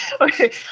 Okay